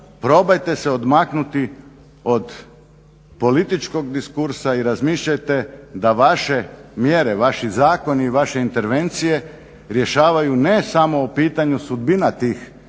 Probajte se odmaknuti od političkog diskursa i razmišljajte da vaše mjere, vaši zakoni i vaše intervencije rješavaju ne samo o pitanju sudbina tih